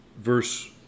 verse